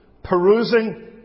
Perusing